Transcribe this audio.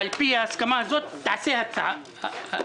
על פי ההסכמה הזאת תערוך הצבעה.